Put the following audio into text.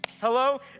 hello